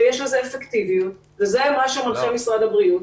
שיש לזה אפקטיביות וזה מה שמנחה משרד הבריאות.